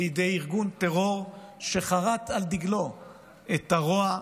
בידי ארגון טרור שחרת על דגלו את הרוע,